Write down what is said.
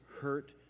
hurt